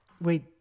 wait